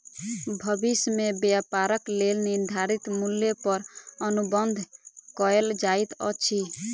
भविष्य में व्यापारक लेल निर्धारित मूल्य पर अनुबंध कएल जाइत अछि